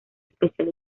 especial